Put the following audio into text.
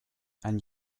and